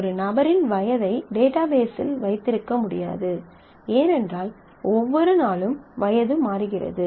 ஒரு நபரின் வயதை டேட்டாபேஸில் வைத்திருக்க முடியாது ஏனென்றால் ஒவ்வொரு நாளும் வயது மாறுகிறது